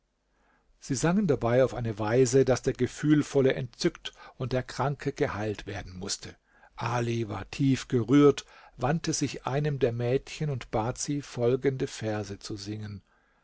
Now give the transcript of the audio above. sie sangen dabei auf eine weise daß der gefühlvolle entzückt und der kranke geheilt werden mußte ali war tief gerührt wandte sich zu einem der mädchen und bat sie folgende verse zu singen